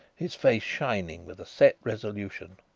his face shining with a set resolution.